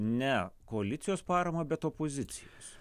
ne koalicijos paramą bet opozicijos